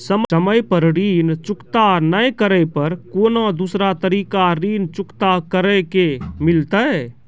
समय पर ऋण चुकता नै करे पर कोनो दूसरा तरीका ऋण चुकता करे के मिलतै?